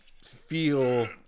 feel